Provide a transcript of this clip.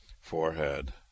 forehead